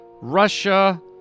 Russia